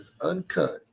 uncut